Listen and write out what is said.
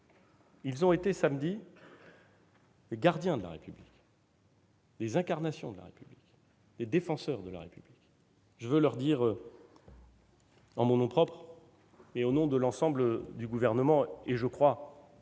Ils ont été, samedi, les gardiens de la République, les incarnations de la République, les défenseurs de la République. Je veux leur dire, en mon nom propre, au nom de l'ensemble du Gouvernement et, je crois,